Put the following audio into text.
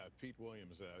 ah pete williams, ah